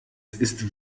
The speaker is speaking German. ist